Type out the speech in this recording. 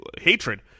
hatred